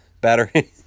battery